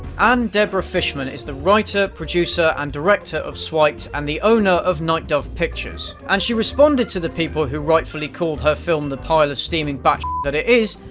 ann deborah fishman is the writer, producer, and director of swiped, and the owner of night dove pictures. and she responded to the people who rightfully called her film the pile of steaming batts-t but that it is,